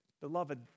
Beloved